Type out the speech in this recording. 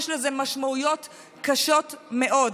יש לזה משמעויות קשות מאוד.